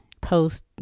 post